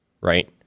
right